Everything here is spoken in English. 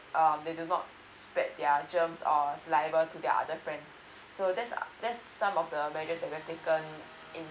um they do not spread their germs or saliva to their other friends so there's uh there's some of the measures that we have taken in